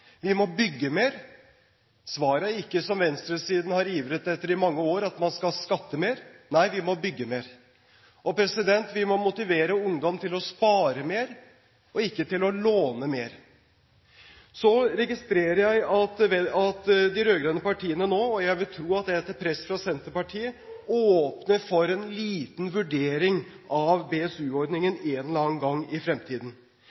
Vi må bygge mer. Svaret er ikke som venstresiden har ivret etter i mange år, at man skal skatte mer. Nei, vi må bygge mer. Vi må motivere ungdom til å spare mer, og ikke til å låne mer. Så registrerer jeg at de rød-grønne partiene nå – og jeg vil tro at det er etter press fra Senterpartiet – åpner for en liten vurdering av BSU-ordningen en eller annen gang i fremtiden.